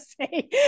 say